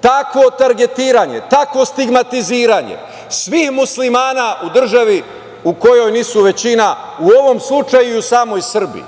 takvo targetiranje, takvo stigmatiziranje, svim Muslimana u državi u kojoj nisu većina, u ovom slučaju i u samom Srbiji.